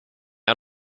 out